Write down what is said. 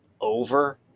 over